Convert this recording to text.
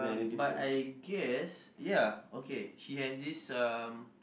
but I guess ya okay she has this um